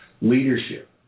leadership